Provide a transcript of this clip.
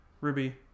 Ruby